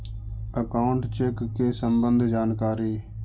Account check के सम्बन्ध जानकारी?